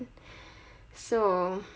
so